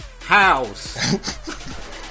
House